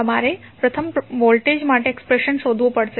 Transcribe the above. તમારે પ્રથમ વોલ્ટેજ માટે એક્સપ્રેશન શોધવુ પડશે